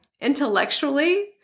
intellectually